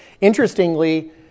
Interestingly